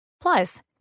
Plus